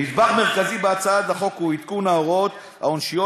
נדבך מרכזי בהצעת החוק הוא עדכון ההוראות העונשיות